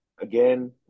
again